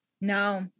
no